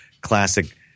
classic